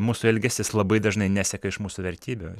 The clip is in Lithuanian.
mūsų elgesys labai dažnai neseka iš mūsų vertybių